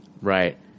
Right